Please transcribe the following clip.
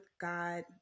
God